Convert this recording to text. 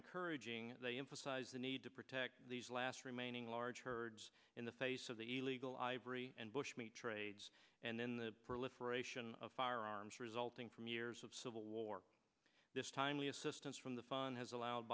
encouraging they emphasize the need to protect these last remaining large herds in the face of the legal ivory and bush meat trades and then the proliferation of firearms resulting from years of civil war this timely assistance from the fund has allowed